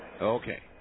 Okay